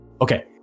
Okay